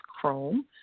Chrome